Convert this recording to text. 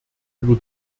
über